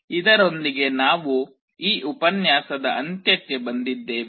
ಇದರೊಂದಿಗೆ ನಾವು ಈ ಉಪನ್ಯಾಸದ ಅಂತ್ಯಕ್ಕೆ ಬಂದಿದ್ದೇವೆ